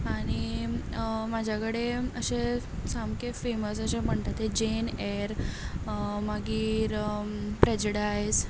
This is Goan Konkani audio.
आनी म्हज्या कडेन अशे सामकें फेमस अशे म्हणटा तें जेन एर मागीर प्रेजडायज